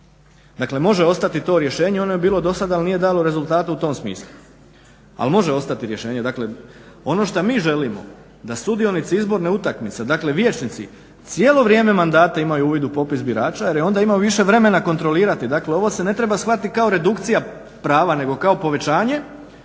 Dakle može ostati to rješenje, ono je bilo do sada ali nije dalo rezultata u tom smislu. Ali može ostati rješenje. Dakle ono što mi želimo, da sudionici izborne utakmice, dakle vijećnici cijelo vrijeme mandata imaju uvid u popis birača jer je onda imao više vremena kontrolirati. Dakle ovo se ne treba shvatiti kao redukcija prava nego kao povećanje